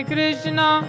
Krishna